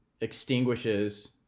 extinguishes